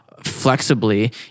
flexibly